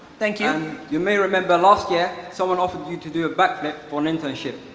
thank you. and you may remember last year, someone offered you to do a backflip for an internship.